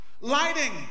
Lighting